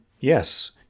yes